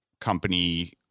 company